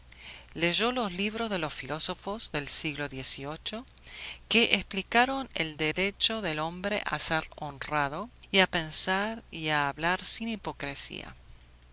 leyó los libros de los filósofos del siglo dieciocho que explicaron el derecho del hombre a ser honrado y a pensar y a hablar sin hipocresía